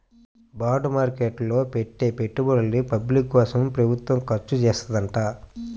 bond market లో పెట్టే పెట్టుబడుల్ని పబ్లిక్ కోసమే ప్రభుత్వం ఖర్చుచేత్తదంట